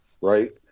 right